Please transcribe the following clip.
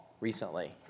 recently